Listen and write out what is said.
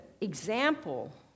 example